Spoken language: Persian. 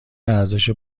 ارزش